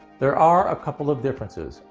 there are a couple of differences.